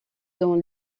dans